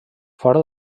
fora